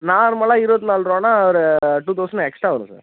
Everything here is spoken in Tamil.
நார்மலாக இருவத் நாலுட்ருவான்னா ஒரு டூ தௌசண்ட் எக்ஸ்ட்ரா வரும் சார்